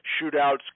shootouts